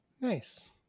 Nice